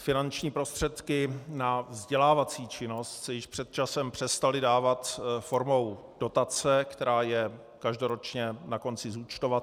Finanční prostředky na vzdělávací činnost se již před časem přestaly dávat formou dotace, která je každoročně na konci zúčtovatelná.